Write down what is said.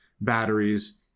batteries